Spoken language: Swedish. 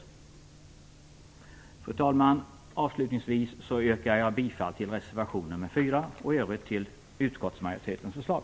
Fru talman! Avslutningsvis yrkar jag bifall till reservation nr 4 och i övrigt till utskottsmajoritetens förslag.